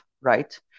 right